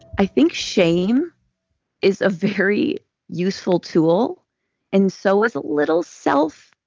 i think shame is a very useful tool and so is a little self-hatred.